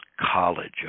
College